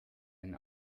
ein